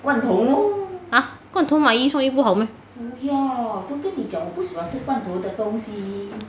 !huh! 罐头买一送一不好 meh